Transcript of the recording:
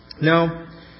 Now